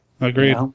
Agreed